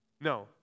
No